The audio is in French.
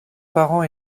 parents